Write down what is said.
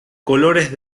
colores